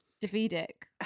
Davidic